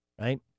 right